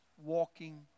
walking